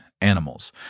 animals